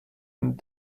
and